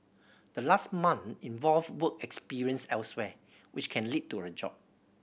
the last month involve work experience elsewhere which can lead to a job